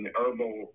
herbal